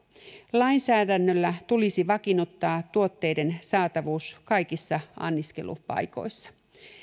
lainsäädännöllä tulisi vakiinnuttaa tuotteiden saatavuus kaikissa anniskelupaikoissa